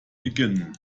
beginnen